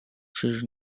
czyż